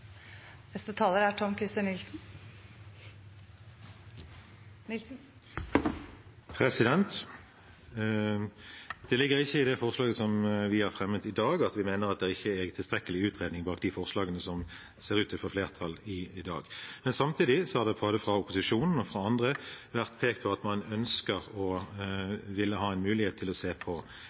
Det ligger ikke i det forslaget som vi har fremmet i dag, at vi mener at det ikke er tilstrekkelig utredning av de forslagene som ser ut til å få flertall i dag. Samtidig har det fra både opposisjonen og andre vært pekt på at man ønsker å ha en mulighet til å se på